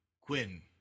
Quinn